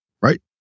Right